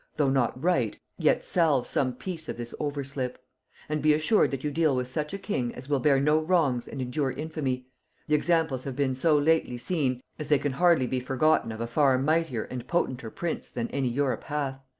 though not right, yet salve some piece of this overslip and be assured that you deal with such a king as will bear no wrongs and endure infamy the examples have been so lately seen as they can hardly be forgotten of a far mightier and potenter prince than any europe hath.